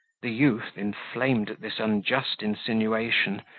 the youth, inflamed at this unjust insinuation,